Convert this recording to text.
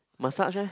massage eh